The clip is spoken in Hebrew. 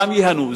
גם הם ייהנו.